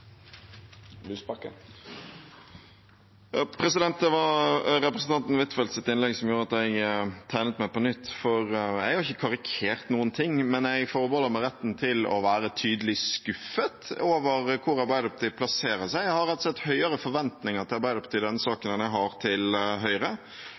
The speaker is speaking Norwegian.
Lysbakken har hatt ordet to gonger tidlegare og får ordet til ein kort merknad, avgrensa til 1 minutt. Det var representanten Huitfeldts innlegg som gjorde at jeg tegnet meg på nytt. Jeg har ikke karikert noen ting, men jeg forbeholder meg retten til å være tydelig skuffet over hvor Arbeiderpartiet plasserer seg. Jeg har rett og slett større forventninger til Arbeiderpartiet